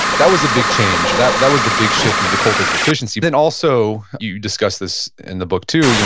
that was a big change. that that was the big shift in the cult of efficiency. then also, you discussed this in the book too,